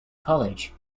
college